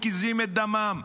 מקיזים את דמם.